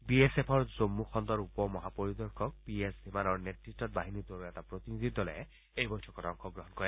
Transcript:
B S এফৰ জমূ খণ্ডৰ উপ মহাপৰিদৰ্শক পি এছ ধিমানৰ নেতৃত্বত বাহিনীটোৰ এটা প্ৰতিনিধি দলে এই বৈঠকত অংশগ্ৰহণ কৰে